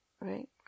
right